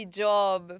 job